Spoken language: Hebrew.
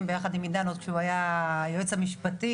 ביחד עם עידן עוד כשהוא היה היועץ המשפטי